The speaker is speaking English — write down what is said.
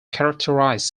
characterize